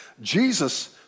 Jesus